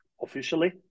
officially